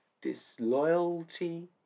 disloyalty